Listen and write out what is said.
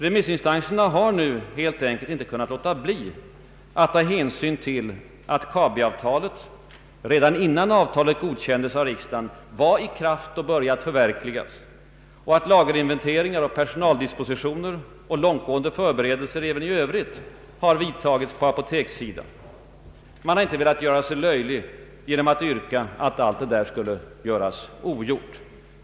Remissinstanserna har nu helt enkelt inte kunnat låta bli att ta hänsyn till att KABI avtalet, redan innan det godkänns av riksdagen, var i kraft och börjat förverkligas och att lagerinventeringar, personaldispositioner samt långtgående förberedelser även i övrigt vidtagits på apotekssidan. Man har inte velat göra sig löjlig genom att yrka att allt detta skulle göras ogjort.